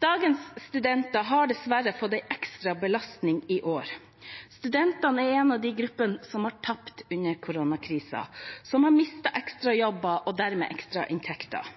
Dagens studenter har dessverre fått en ekstra belastning i år; studenter er en av gruppene som har tapt under koronakrisen, som har